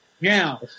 Now